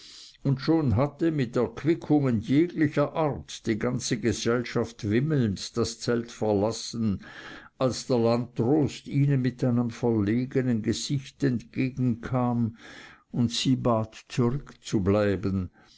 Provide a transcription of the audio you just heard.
und schon hatte mit erquickungen jeglicher art die ganze gesellschaft wimmelnd das zelt verlassen als der landdrost ihnen mit einem verlegenen gesicht entgegenkam und sie bat zurückzubleiben